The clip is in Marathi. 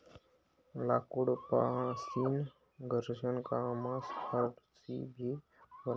लाकूड पासीन घरणा कामना फार्स भी बनवतस